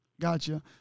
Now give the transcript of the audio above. Gotcha